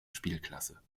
spielklasse